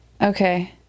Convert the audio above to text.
Okay